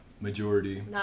majority